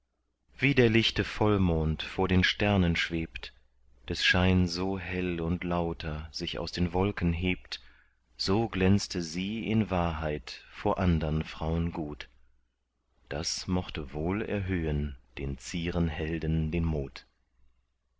wie der lichte vollmond vor den sternen schwebt des schein so hell und lauter sich aus den wolken hebt so glänzte sie in wahrheit vor andern fraun gut das mochte wohl erhöhen den zieren helden den mut